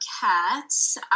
cats